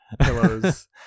Pillows